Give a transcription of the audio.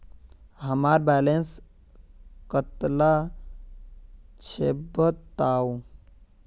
हमार बैलेंस कतला छेबताउ?